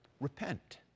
repent